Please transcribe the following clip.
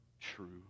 true